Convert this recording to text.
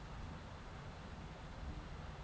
মিষ্টি পালির পুকুর গুলাতে বেপসার জনহ যে মাছ ধরা হ্যয়